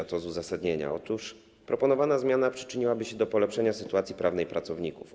Oto tezy z uzasadnienia: Otóż proponowana zmiana przyczyniłaby się do polepszenia sytuacji prawnej pracowników.